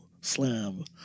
Slam